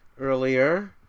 earlier